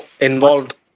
involved